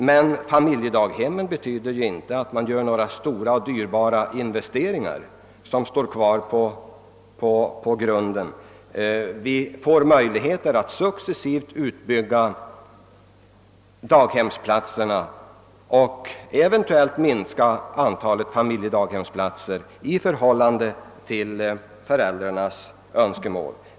Men familjedaghemmen innebär ju inte att några dyrbara och kvarstående investeringar behöver göras. Vi får möjlighet att successivt bygga ut barnstugeplatserna och eventuellt minska antalet familjedaghemsplatser i förhållande till föräldrarnas önskemål.